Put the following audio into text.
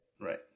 Right